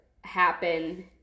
happen